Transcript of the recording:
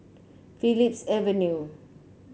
Phillips Avenue